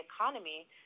economy